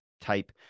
type